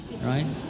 Right